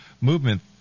movement